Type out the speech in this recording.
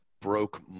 broke